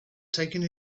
taking